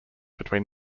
between